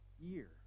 year